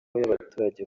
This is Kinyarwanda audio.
y’abaturage